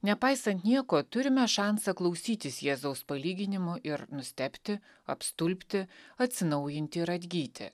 nepaisant nieko turime šansą klausytis jėzaus palyginimų ir nustebti apstulbti atsinaujinti ir atgyti